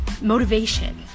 motivation